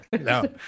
no